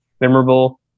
memorable